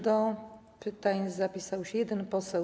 Do pytań zapisał się jeden poseł.